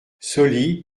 sauli